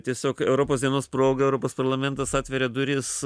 tiesiog europos dienos proga europos parlamentas atveria duris